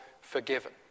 forgiven